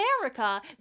America